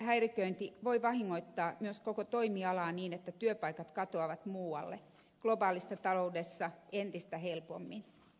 työmarkkinahäiriköinti voi vahingoittaa myös koko toimialaa niin että työpaikat katoavat muualle globaalissa taloudessa entistä helpommin